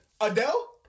Adele